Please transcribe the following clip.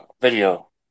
video